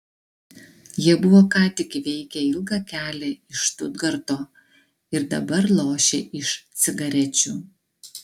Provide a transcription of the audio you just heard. jie buvo ką tik įveikę ilgą kelią iš štutgarto ir dabar lošė iš cigarečių